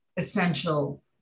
essential